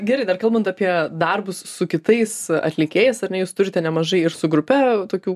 gerai dar kalbant apie darbus su kitais atlikėjais ar ne jūs turite nemažai ir su grupe tokių